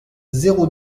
zéro